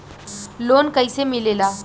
Loan कईसे मिलेला?